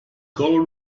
colour